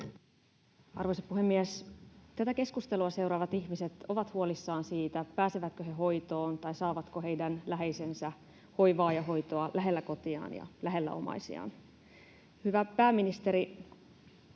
Arvoisa puhemies! Tätä keskustelua seuraavat ihmiset ovat huolissaan siitä, pääsevätkö he hoitoon tai saavatko heidän läheisensä hoivaa ja hoitoa lähellä kotiaan ja lähellä omaisiaan. Hyvä pääministeri,